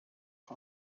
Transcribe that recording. top